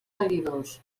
seguidors